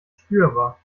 spürbar